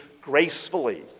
gracefully